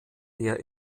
der